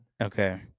Okay